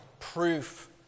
proof